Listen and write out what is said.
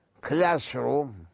classroom